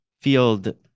field